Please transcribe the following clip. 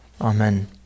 Amen